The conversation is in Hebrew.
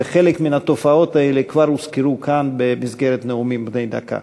וחלק מן התופעות האלה כבר הוזכרו כאן במסגרת נאומים בני דקה.